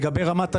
לגבי רמת הגולן.